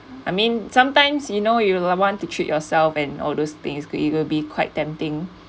I mean sometimes you know you want to treat yourself and all those things could either be quite tempting